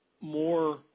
more